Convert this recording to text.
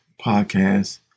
podcast